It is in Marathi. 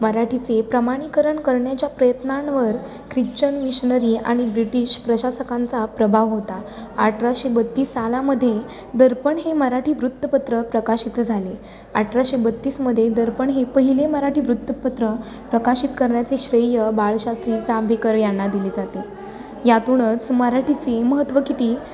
मराठीचे प्रमाणीकरण करण्याच्या प्रयत्नांवर ख्रिच्चन मिशनरी आणि ब्रिटिश प्रशासकांचा प्रभाव होता अठराशे बत्तीस सालामध्ये दर्पण हे मराठी वृत्तपत्र प्रकाशित झाले अठराशे बत्तीसमध्ये दर्पण हे पहिले मराठी वृत्तपत्र प्रकाशित करण्याचे श्रेय बाळशास्त्री जांभेकर यांना दिले जाते यातूनच मराठीची महत्त्व किती